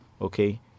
Okay